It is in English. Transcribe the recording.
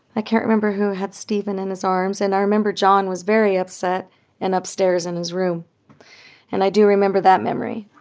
i can't remember who had steven in his arms. and i remember john was very upset and upstairs in his room and i do remember that memory,